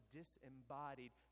disembodied